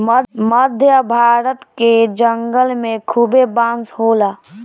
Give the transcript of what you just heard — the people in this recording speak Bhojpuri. मध्य भारत के जंगल में खूबे बांस होला